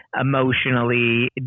emotionally